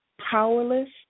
powerless